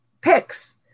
picks